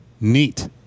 neat